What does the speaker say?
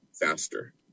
faster